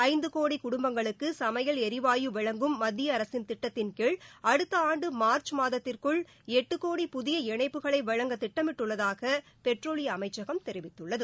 ஐந்து கோடி குடும்பங்களுக்கு சமையல் எரிவாயு வழங்கும் மத்திய அரசின் திட்டத்தின் கீழ் அடுத்த ஆண்டு மார்ச் மாதத்திற்குள் எட்டு கோடி புதிய இணைப்புகளை வழங்க திட்டமிட்டுள்ளதாக பெட்ரோலிய அமைச்சகம் தெரிவித்துள்ளது